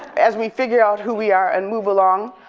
as we figure out who we are and move along,